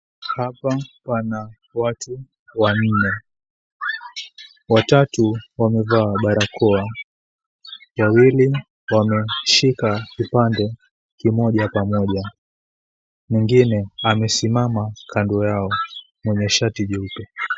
Hapa pana watu wanne. Watatu wamev𝑎a barakoa, wawili wameshika kipande kimoja pamoja. Mwengine amesimama kando yao, mwenye shati jeupe.